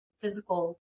physical